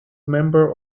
member